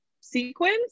sequence